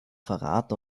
verrat